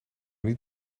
niet